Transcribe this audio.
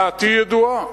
דעתי ידועה.